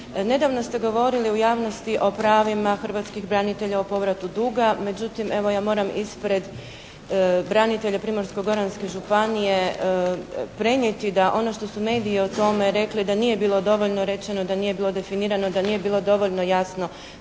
Nedavno ste govorili u javnosti o pravima hrvatskih branitelja o povratu duga. Međutim, evo ja moram ispred branitelja Primorsko-goranske županije prenijeti da ono što su mediji o tome rekli da nije bilo dovoljno rečeno, da nije bilo definirano, da nije bilo dovoljno jasno